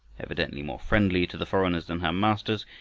evidently more friendly to the foreigners than her masters,